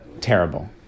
terrible